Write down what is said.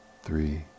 three